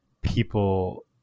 people